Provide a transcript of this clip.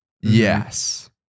Yes